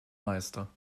meister